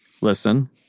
listen